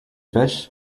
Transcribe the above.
fish